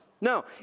No